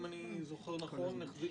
אם אני זוכר נכון, מחזיק